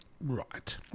Right